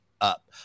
up